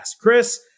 Chris